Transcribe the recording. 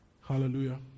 hallelujah